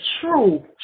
true